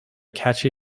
catchy